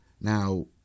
Now